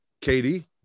Katie